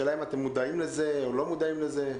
השאלה אם אתם מודעים לזה, או לא מודעים לזה?